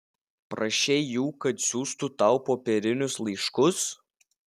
prašei jų kad siųstų tau popierinius laiškus